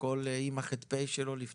בוקר טוב.